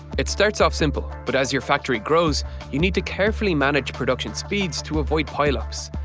it starts off simple, but as your factory grows you need to carefully manage production speeds to avoid pile ups.